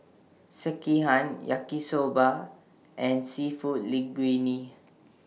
Sekihan Yaki Soba and Seafood Linguine